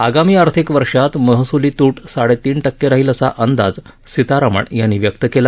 आगामी आर्थिक वर्षात महसुली तुट साडेतीन टक्के राहील असा अंदाज सीतारामन यांनी व्यक्त केला